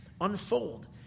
unfold